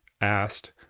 asked